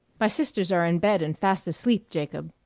my sisters are in bed and fast asleep, jacob,